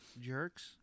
Jerks